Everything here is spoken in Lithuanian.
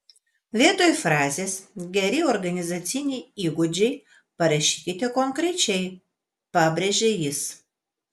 vietoj frazės geri organizaciniai įgūdžiai parašykite konkrečiai pabrėžia jis